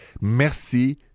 merci